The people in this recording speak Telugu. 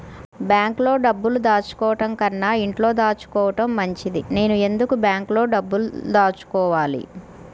బ్యాంక్లో డబ్బులు దాచుకోవటంకన్నా ఇంట్లో దాచుకోవటం మంచిది నేను ఎందుకు బ్యాంక్లో దాచుకోవాలి?